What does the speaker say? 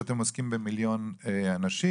שאתם עוסקים במיליון אנשים,